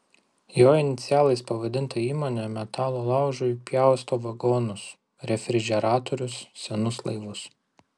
jo inicialais pavadinta įmonė metalo laužui pjausto vagonus refrižeratorius senus laivus